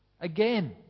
Again